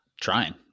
trying